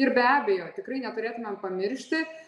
ir be abejo tikrai neturėtumėm pamiršti